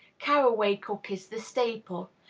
caraway cookies the staple,